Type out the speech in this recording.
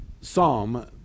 Psalm